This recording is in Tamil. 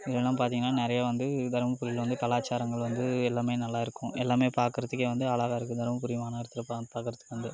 இதெல்லாம் பார்த்தீங்கன்னா நிறைய வந்து தர்மபுரியில வந்து கலாச்சாரங்கள் வந்து எல்லாமே நல்லா இருக்கும் எல்லாமே பார்க்குறதுக்கே வந்து அழகாக இருக்கு தர்மபுரி மாநகரத்தில் பார்க்குறதுக்கு வந்து